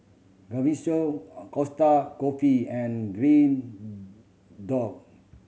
Gaviscon Costa Coffee and Green Dot